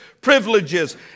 privileges